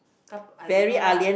coup~ I don't know lah